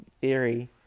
Theory